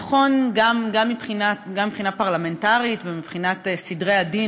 זה נכון גם מבחינה פרלמנטרית ומבחינת סדרי הדין